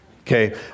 Okay